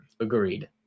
Agreed